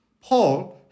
Paul